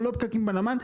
או לא פקקים בנמל,